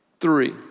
three